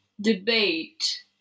debate